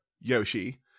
Yoshi